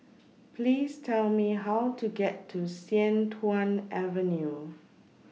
Please Tell Me How to get to Sian Tuan Avenue